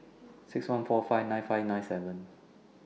six one four five nine five nine seven